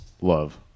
love